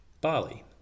Bali